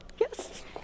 Yes